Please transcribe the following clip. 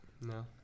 No